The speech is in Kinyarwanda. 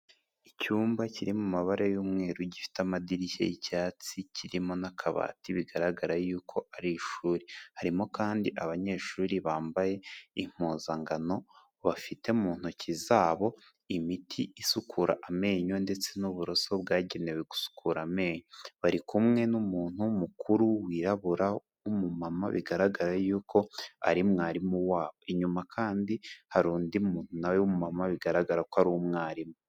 Icyumba kiri mu mabara y'umweru gifite amadirishya y'icyatsi, kirimo n'akabati bigaragara yuko ari ishuri, harimo kandi abanyeshuri bambaye impuzangano bafite mu ntoki zabo imiti isukura amenyo ndetse n'uburoso bwagenewe gusukura amenyo. Bari kumwe n'umuntu mukuru wirabura umumama bigaragara y'uko ari mwarimu wabo. Inyuma kandi hari undimu nawe w'umama bigaragara ko ari umwarimu.